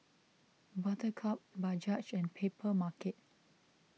Buttercup Bajaj and Papermarket